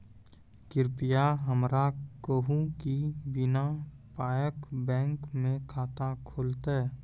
कृपया हमरा कहू कि बिना पायक बैंक मे खाता खुलतै?